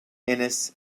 innes